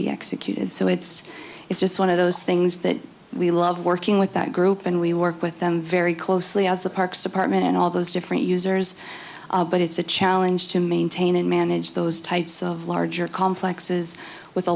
be executed so it's it's just one of those things that we love working with that group and we work with them very closely as the parks department and all those different users but it's a challenge to maintain and manage those types of larger complexes with a